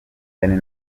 danny